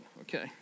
okay